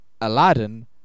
Aladdin